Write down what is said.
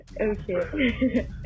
okay